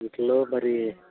వీటిల్లో మరి